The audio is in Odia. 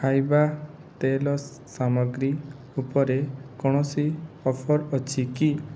ଖାଇବା ତେଲ ସାମଗ୍ରୀ ଉପରେ କୌଣସି ଅଫର୍ ଅଛି କି